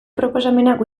proposamenak